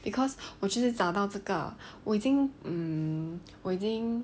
because 我就是找到这个我已经 um 我已经